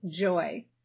joy